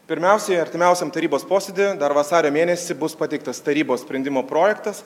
pirmiausiai artimiausiam tarybos posėdy dar vasario mėnesį bus pateiktas tarybos sprendimo projektas